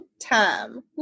time